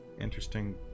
Interesting